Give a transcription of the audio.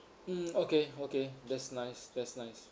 mm okay okay that's nice that's nice